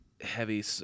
heavy